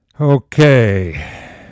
okay